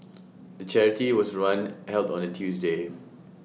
the charity was run held on A Tuesday